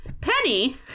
Penny